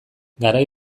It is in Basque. garai